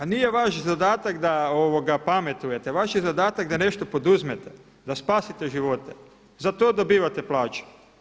Nije vaš zadatak da pametujete, vaš je zadatak da nešto poduzmete, da spasite živote za to dobivate plaću.